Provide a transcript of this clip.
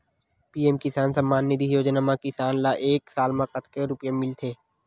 PM Kisan Samman Nidhi योजना म किसान ल एक साल म कतेक रुपिया मिलथे?